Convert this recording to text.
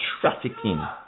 trafficking